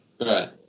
Right